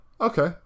Okay